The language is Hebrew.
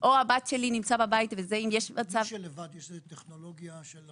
יש איזו שהיא טכנולוגיה,